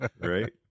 right